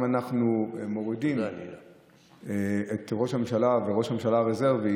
אם אנחנו מורידים את ראש הממשלה וראש הממשלה הרזרבי